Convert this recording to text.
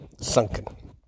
sunken